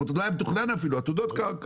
זאת אומרת עוד לא היה מתוכנן אפילו, עתודות קרקע.